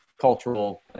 cultural